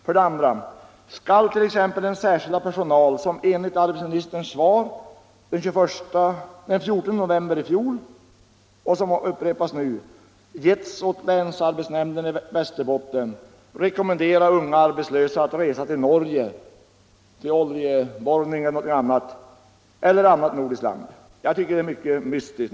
För det andra: Skall t.ex. den särskilda personal, som enligt arbetsmarknadsministerns svar den 14 november i fjol — den uppgiften upprepas nu -— tilldelats länsarbetsnämnden i Västerbotten, rekommendera unga arbetslösa att resa till Norge, till oljeborrningen, eller till annat nordiskt land för att söka arbete? Jag tycker det är mycket mystiskt.